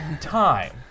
time